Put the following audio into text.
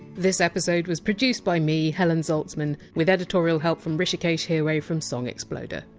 this episode was produced by me, helen zaltzman, with editorial help from hrishikesh hirway from song exploder.